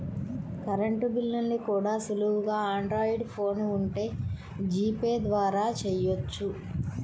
current బిల్లుల్ని కూడా సులువుగా ఆండ్రాయిడ్ ఫోన్ ఉంటే జీపే ద్వారా చెయ్యొచ్చు